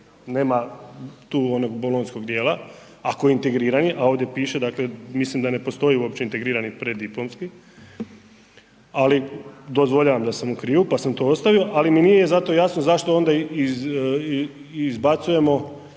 nema tu onog bolonjskog dijela ako je integrirani, a ovdje piše. Mislim da ne postoji uopće integrirani preddiplomski, ali dozvoljavam da sam u krivu pa sam to ostavio. Ali mi nije zato jasno zašto onda izbacujemo